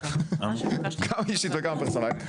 גם האישית וגם הפרסונלית,